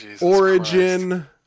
Origin